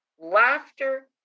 laughter